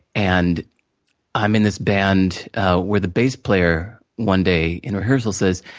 and i'm in this band where the bass player, one day in rehearsal says,